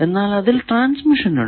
എന്നാൽ അതിൽ ട്രാൻസ്മിഷൻ ഉണ്ട്